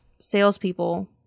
salespeople